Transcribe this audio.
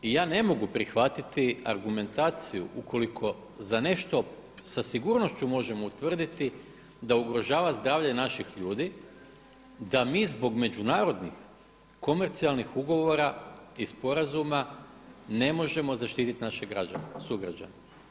I ja ne mogu prihvatiti argumentaciju ukoliko za nešto sa sigurnošću mogu utvrditi da ugrožava zdravlje naših ljudi, da mi zbog međunarodnih komercijalnih ugovora i sporazuma ne možemo zaštiti naše sugrađane.